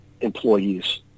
employees